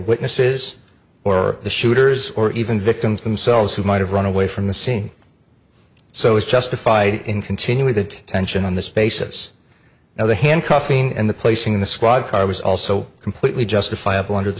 witnesses or the shooters or even victims themselves who might have run away from the scene so is justified in continuing the tension on this basis now the handcuffing and the placing in the squad car was also completely justifiable under the